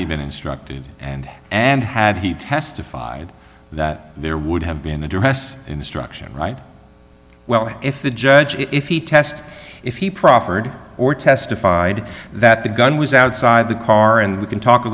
been instructed and and had he testified that there would have been a dress instruction well if the judge if he test if he proffered or testified that the gun was outside the car and we can talk a